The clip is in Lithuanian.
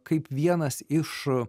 kaip vienas iš